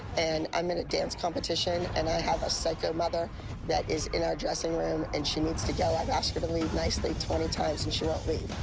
and i'm in a dance competition. and i have a psycho mother that is in our dressing room, and she needs to go. i've asked her to leave nicely twenty times, and she won't leave.